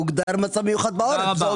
הוגדר מצב מיוחד בעורף.